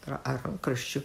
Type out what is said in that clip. ar rankraščių